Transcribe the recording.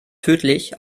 tödlich